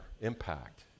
impact